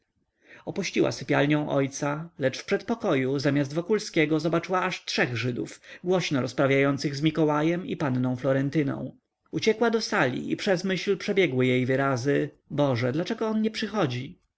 opuściła sypialnią ojca lecz w przedpokoju zamiast wokulskiego zobaczyła aż trzech żydów głośno rozprawiających z mikołajem i panną florentyną uciekła do sali i przez myśl przebiegły jej wyrazy boże dlaczego on nie przychodzi